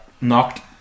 knocked